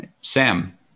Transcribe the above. Sam